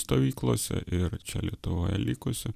stovyklose ir čia lietuvoje likusių